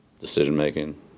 decision-making